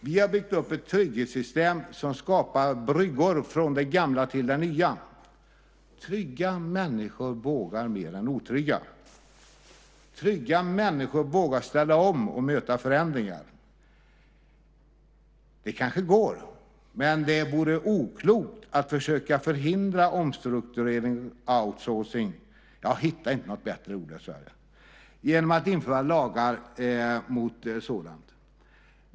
Vi har byggt upp ett trygghetssystem som skapar bryggor från det gamla till det nya. Trygga människor vågar mer än otrygga. Trygga människor vågar ställa om och möta förändringar. Det kanske går, men det vore oklokt att försöka förhindra omstrukturering, outsourcing - jag hittar inte något bättre ord dessvärre - genom att införa lagar mot sådant.